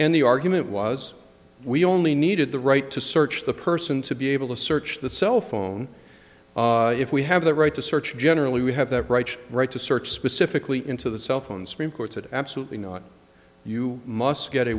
and the argument was we only needed the right to search the person to be able to search the cell phone if we have the right to search generally we have that right right to search specifically into the cell phone supreme court said absolutely not you must get a